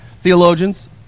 Theologians